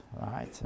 right